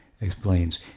explains